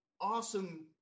awesome